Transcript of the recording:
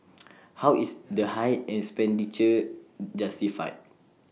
how is the high expenditure justified